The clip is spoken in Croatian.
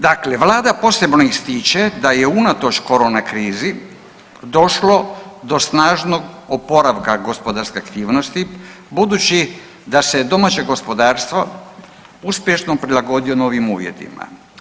Dakle, Vlada posebno ističe da je unatoč korona krizi došlo do snažnog oporavka gospodarske aktivnosti, budući da se domaće gospodarstvo uspješno prilagodilo novim uvjetima.